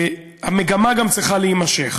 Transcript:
המגמה גם צריכה להימשך,